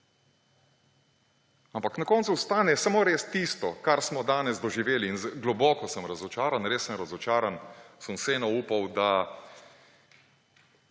Ampak na koncu ostane res samo tisto, kar smo danes doživeli. In globoko sem razočaran, res sem razočaran. Sem vseeno upal, da